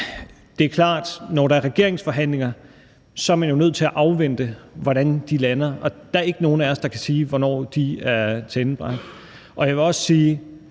det er klart, at når der er regeringsforhandlinger, så er man jo nødt til at afvente, hvordan de lander, og der er ikke nogen af os, der kan sige, hvornår de er tilendebragt. Jeg vil også sige,